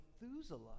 Methuselah